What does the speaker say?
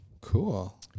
Cool